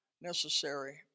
necessary